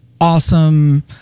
awesome